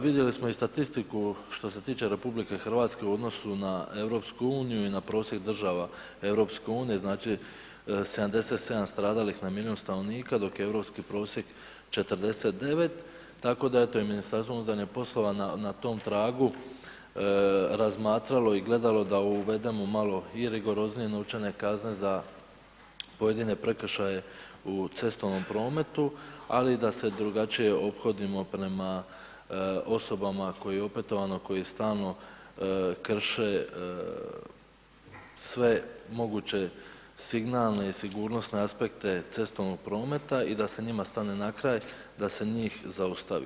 Vidjeli smo i statistiku što se tiče RH u odnosu na EU i na prosjek država EU, znači, 77 stradalih na milijun stanovnika, dok je europski prosjek 49, tako da je eto i MUP na tom tragu razmatralo i gledalo da uvedemo malo i rigoroznije novčane kazne za pojedine prekršaje u cestovnom prometu, ali i da se drugačije ophodimo prema osobama koje opetovano, koje stalno krše sve moguće signalne i sigurnosne aspekte cestovnog prometa i da se njima stane na kraj, da se njih zaustavi.